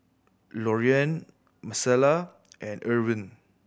Loriann Micaela and Irvine